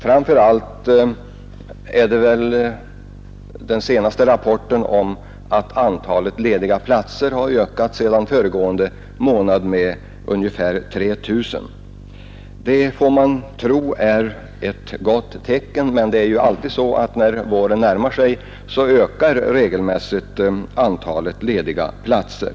Framför allt fäster man sig vid den senaste rapporten om att antalet lediga platser ökat med ungefär 3 000 sedan föregående månad. Men det är ju alltid så att när våren närmar sig ökar regelmässigt antalet lediga platser.